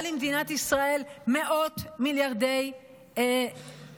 למדינת ישראל מאות מיליארדי דולרים,